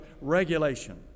regulation